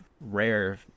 rare